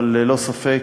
אבל ללא ספק,